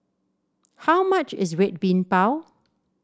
how much is Red Bean Bao